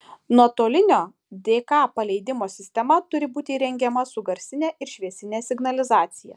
nuotolinio dk paleidimo sistema turi būti įrengiama su garsine ir šviesine signalizacija